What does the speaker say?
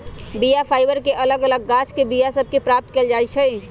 बीया फाइबर के अलग अलग गाछके बीया सभ से प्राप्त कएल जाइ छइ